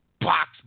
box